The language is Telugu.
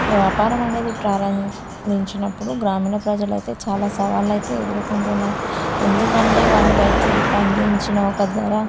వ్యాపారం అనేది ప్రారంభించినప్పుడు గ్రామీణ ప్రజలు అయితే చాలా సవాళ్ళు అయితే ఎదుర్కొంటున్నారు ఎందుకంటే వాళ్ళు రైతులు పండించిన ఒక ధర